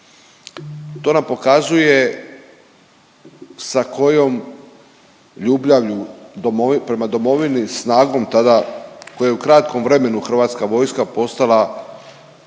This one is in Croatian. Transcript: To nam pokazuje sa kojom ljubljavlju .../nerazumljivo/... prema domovini snagom tada koja je kratkom vremenu Hrvatska vojska postala